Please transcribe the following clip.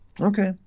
Okay